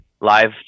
live